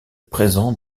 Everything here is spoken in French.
présent